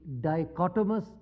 dichotomous